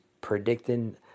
predicting